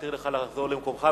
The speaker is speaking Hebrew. נתיר לך לחזור למקומך.